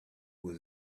was